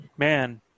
man